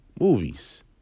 movies